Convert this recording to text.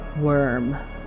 worm